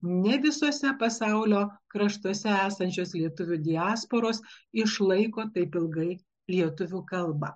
ne visose pasaulio kraštuose esančios lietuvių diasporos išlaiko taip ilgai lietuvių kalbą